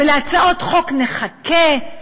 ולהצעות חוק נחכה,